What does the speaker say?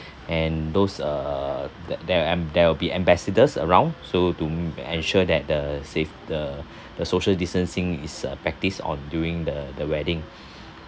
and those uh that there're am~ there'll be ambassadors around so to ensure that the safe the the social distancing is uh practised on during the the wedding